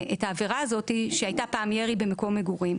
העבירה הזאת שהייתה פעם ירי במקום מגורים,